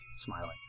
smiling